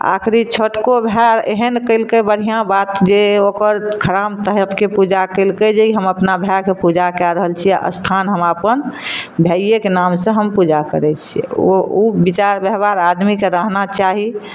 आखरी छोटको भाए एहन कयलकै बढ़िआँ बात जे ओकर खराम तहतके पूजा कयलकै जे ई हम अपना भाएके पूजा कए रहल छियै आ स्थान हम अपन भाइयेके नाम से हम पूजा करै छियै ओ ओ बिचार बेहबार आदमीके रहना चाही